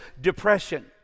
depression